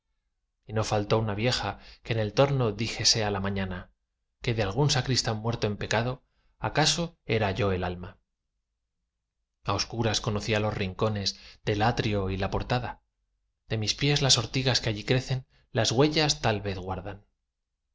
y no faltó una vieja que en el torno dijese á la mañana que de algún sacristán muerto en pecado acaso era yo el alma a oscuras conocía los rincones del atrio y la portada de mis pies las ortigas que allí crecen las huellas tal vez guardan